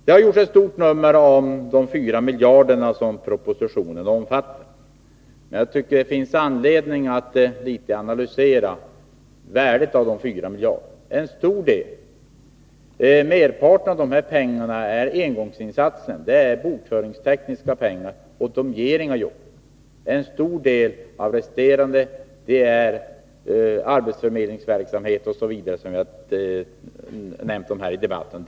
Det har gjorts ett stort nummer av de fyra miljarder kronor som propositionen omfattar. Det finns emellertid anledning att något analysera värdet av de fyra miljarderna. Merparten av dessa pengar gäller engångsinsatser. Det är bokföringstekniska pengar, som inte ger några jobb. En stor del av återstoden avser arbetsförmedlingsverksamhet m.m., som tidigare nämnts i debatten.